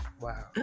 wow